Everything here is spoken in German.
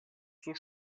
zur